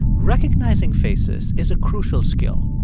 recognizing faces is a crucial skill.